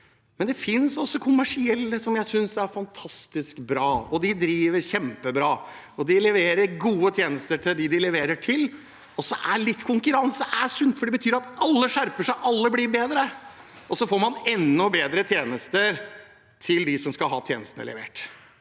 men det finnes også kommersielle som jeg synes er fantastisk bra. De driver kjempebra, og de leverer gode tjenester til dem de leverer til. Litt konkurranse er sunt, for det betyr at alle skjerper seg, alle blir bedre, og så får man enda bedre tjenester til dem som skal ha tjenestene levert.